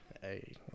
hey